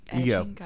ego